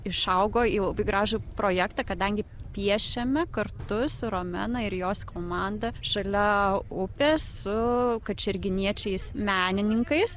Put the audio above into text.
išaugo į labai gražų projektą kadangi piešiame kartu su romena ir jos komanda šalia upės su kačerginiečiais menininkais